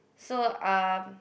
so um